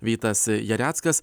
vytas jareckas